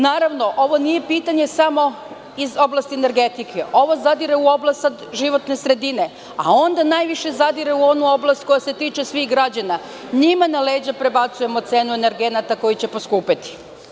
Naravno, ovo nije pitanje samo iz oblasti energetike, ovo zadire u oblast životne sredine, a onda najviše zadire u onu oblast koja se tiče svih građana i njima na leđa prebacujemo cenu energenata koji će poskupeti.